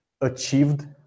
achieved